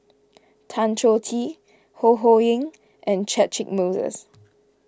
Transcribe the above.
Tan Choh Tee Ho Ho Ying and Catchick Moses